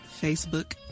Facebook